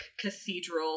cathedral